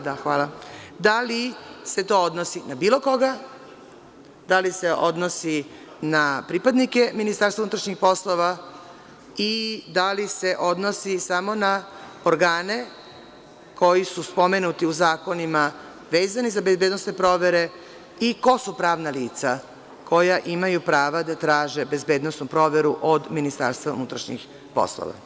Ono što nam treba, kao odgovor, je da li se to odnosi na bilo koga, da li se odnosi na pripadnike Ministarstva unutrašnjih poslova i da li se odnosi samo na organe koji su spomenuti u zakonima vezanim za bezbednosne provere i ko su pravna lica koja imaju prava da traže bezbednosnu proveru od Ministarstva unutrašnjih poslova?